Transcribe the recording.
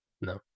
No